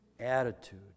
Attitude